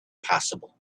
possible